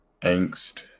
angst